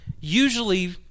usually